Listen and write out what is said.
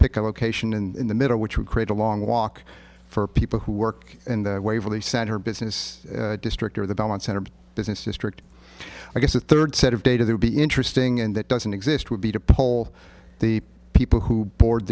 pick a location in the middle which would create a long walk for people who work in the waverly center business district or the balance center business district i guess a third set of data they would be interesting and that doesn't exist would be to poll the people who board